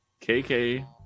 KK